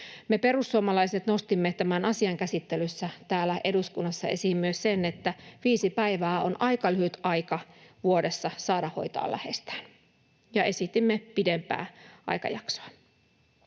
Me perussuomalaiset nostimme tämän asian käsittelyssä täällä eduskunnassa esiin myös sen, että viisi päivää on aika lyhyt aika vuodessa saada hoitaa läheistään, ja esitimme pidempää aikajaksoa.